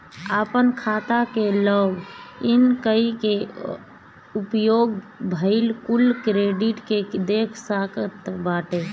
आपन खाता के लॉग इन कई के उपयोग भईल कुल क्रेडिट के देखल जात बाटे